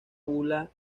bula